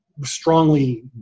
strongly